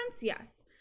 Yes